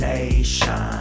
Nation